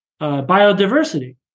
biodiversity